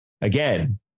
again